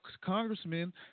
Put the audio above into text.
congressmen